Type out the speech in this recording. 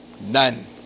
None